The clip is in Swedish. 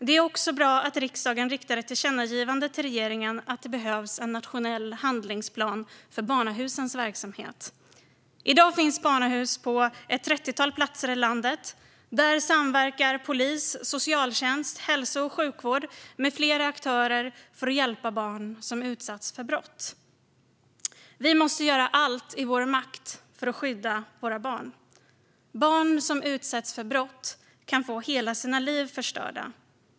Det är också bra att riksdagen riktar ett tillkännagivande till regeringen om att det behövs en nationell handlingsplan för barnahusens verksamhet. I dag finns barnahus på ett trettiotal platser i landet. Där samverkar polis, socialtjänst, hälso och sjukvård med flera aktörer för att hjälpa barn som har utsatts för brott. Vi måste göra allt som står i vår makt för att skydda våra barn. Barn som utsätts för brott kan få hela sina liv förstörda.